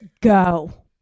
go